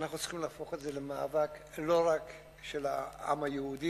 אנחנו צריכים להפוך את זה למאבק לא רק של העם היהודי.